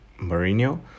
Mourinho